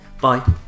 Bye